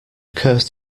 cursed